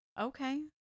Okay